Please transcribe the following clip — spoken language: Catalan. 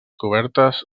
cobertes